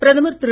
பிரதமர் திரு